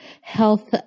Health